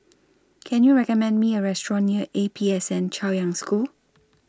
Can YOU recommend Me A Restaurant near A P S N Chaoyang School